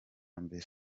mbere